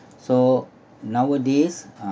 so nowadays